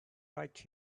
right